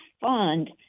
fund